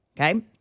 Okay